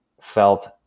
felt